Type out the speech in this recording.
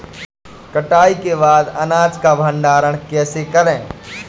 कटाई के बाद अनाज का भंडारण कैसे करें?